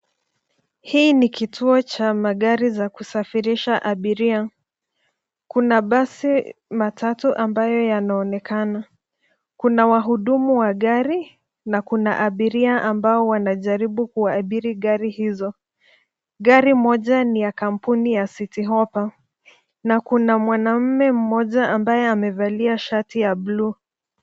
Hii ni kituo cha magari za kusafirisha abiria. Kuna basi matatu ambayo yanaonekana. Kuna wahudumu wa gari na kuna abiria ambao wanajaribu kuabiri gari hizo. Gari moja ni ya kampuni ya Citi Hoppa na kuna mwanamume mmoja ambaye amevalia shati ya bluu.